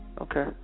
Okay